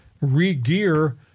re-gear